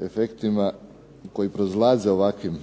efektima koji proizlaze u ovakvim